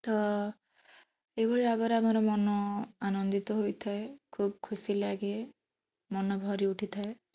ତ ଏଇଭଳି ଭାବରେ ଆମର ମନ ଆନନ୍ଦିତ ହୋଇଥାଏ ଖୁବ ଖୁସି ଲାଗେ ମନ ଭରି ଉଠିଥାଏ